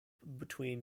between